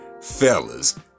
fellas